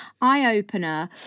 eye-opener